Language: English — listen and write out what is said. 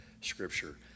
scripture